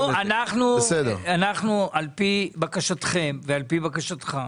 על-פי בקשתכם ובקשתך,